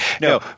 No